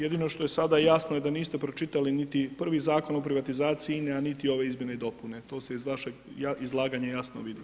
Jedino što sada jasno je da niste pročitali niti prvi Zakon o privatizaciji INA-e a niti ove izmjene i dopune, to se iz vašeg izlaganja jasno vidi.